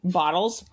bottles